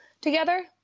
together